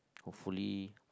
hopefully